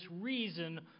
reason